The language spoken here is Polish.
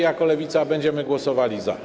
Jako Lewica będziemy głosowali za.